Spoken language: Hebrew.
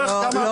דיווח.